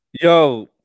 Yo